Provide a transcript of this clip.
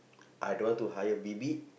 I don't want to hire bibik